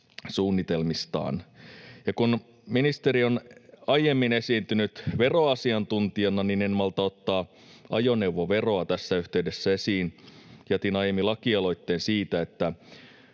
suunnitelmistaan. Ja kun ministeri on aiemmin esiintynyt veroasiantuntijana, niin en malta olla ottamatta ajoneuvoveroa tässä yhteydessä esiin. Jätin aiemmin lakialoitteen siitä,